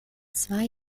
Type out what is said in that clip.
zwei